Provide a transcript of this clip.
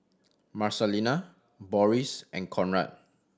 Marcelina Boris and Conrad